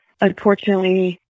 Unfortunately